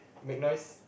make noise